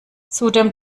zudem